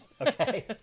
Okay